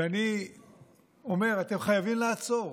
ואני אומר: אתם חייבים לעצור.